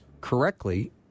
correctly